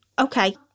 okay